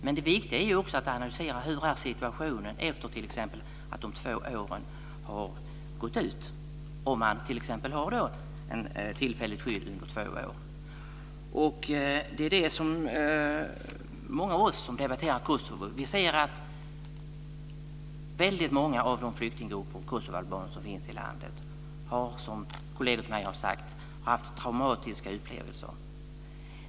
Men det viktiga är också att analysera situationen efter det att de två åren har gått ut, om man nu har ett tillfälligt skydd på t.ex. två år. Många av oss som debatterar Kosovo ser att många av de flyktinggrupper av kosovoalbaner som finns i landet har haft traumatiska upplevelser, som kolleger till mig också har sagt.